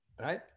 Right